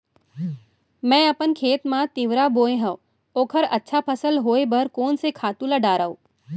मैं अपन खेत मा तिंवरा बोये हव ओखर अच्छा फसल होये बर कोन से खातू ला डारव?